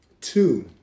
Two